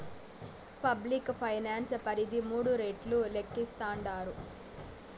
public finance పరిధి మూడు రెట్లు లేక్కేస్తాండారు